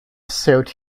suit